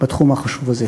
בתחום החשוב הזה.